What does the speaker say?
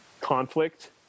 conflict